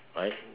right